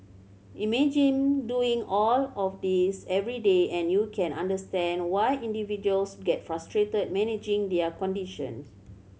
imagine doing all of this every day and you can understand why individuals get frustrated managing their conditions